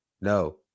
no